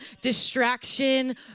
distraction